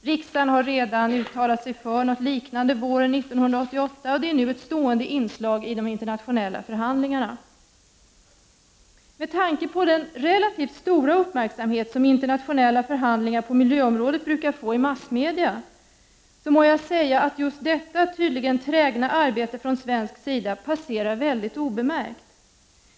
Riksdagen har redan uttalat sig för något liknande våren 1988, och det är nu ett stående inslag i de internationella förhandlingarna. Med tanke på den relativt stora uppmärksamhet som internationella förhandlingar på miljöområdet brukar få i massmedia, måste jag säga att just detta trägna arbete från svensk sida passerar obemärkt.